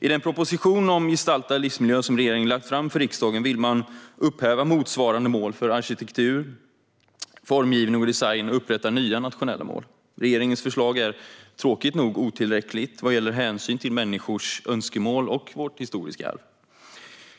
I den proposition om gestaltad livsmiljö som regeringen har lagt fram i riksdagen vill man upphäva motsvarande mål för arkitektur, formgivning och design och upprätta nya nationella mål. Regeringens förslag är tråkigt nog otillräckligt vad gäller hänsyn till människors önskemål och vårt historiska arv.